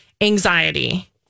anxiety